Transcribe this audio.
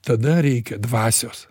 tada reikia dvasios